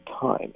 time